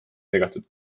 lõigatud